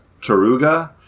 Taruga